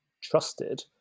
trusted